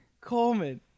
Coleman